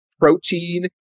protein